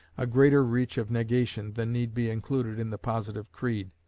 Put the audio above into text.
a greater reach of negation than need be included in the positive creed.